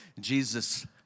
Jesus